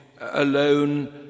alone